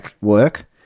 work